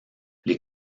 les